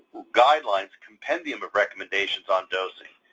guidelines, compendium of recommendations on dosing.